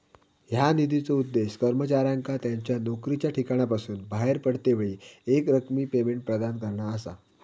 ह्या निधीचो उद्देश कर्मचाऱ्यांका त्यांच्या नोकरीच्या ठिकाणासून बाहेर पडतेवेळी एकरकमी पेमेंट प्रदान करणा असा